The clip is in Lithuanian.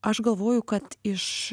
aš galvoju kad iš